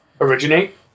Originate